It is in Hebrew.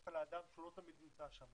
דווקא לאדם שהוא לא תמיד נמצא שם.